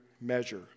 measure